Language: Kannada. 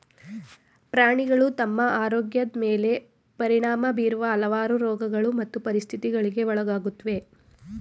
ಪ್ರಾಣಿಗಳು ತಮ್ಮ ಆರೋಗ್ಯದ್ ಮೇಲೆ ಪರಿಣಾಮ ಬೀರುವ ಹಲವಾರು ರೋಗಗಳು ಮತ್ತು ಪರಿಸ್ಥಿತಿಗಳಿಗೆ ಒಳಗಾಗುತ್ವೆ